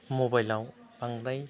मबाइलआव बांद्राय